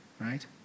right